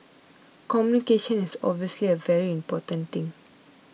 communication is obviously a very important thing